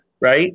right